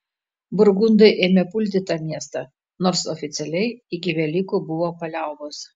burgundai ėmė pulti tą miestą nors oficialiai iki velykų buvo paliaubos